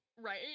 right